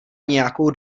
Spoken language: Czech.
nějakou